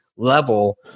level